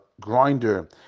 grinder